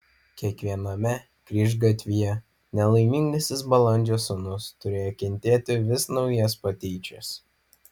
kiekviename kryžgatvyje nelaimingasis balandžio sūnus turėjo kentėti vis naujas patyčias